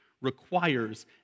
requires